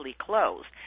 closed